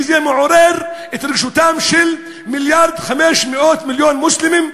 כי זה מעורר את רגשותיהם של 1.5 מיליארד מוסלמים,